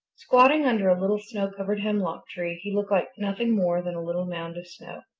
squatting under a little snow-covered hemlock-tree he looked like nothing more than a little mound of snow.